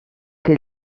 che